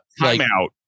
timeout